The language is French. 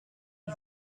les